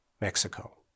Mexico